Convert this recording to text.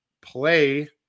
play